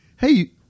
Hey